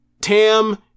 Tam